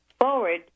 forward